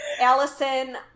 Allison